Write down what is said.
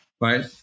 Right